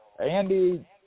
Andy